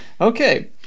Okay